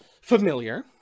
familiar